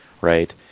right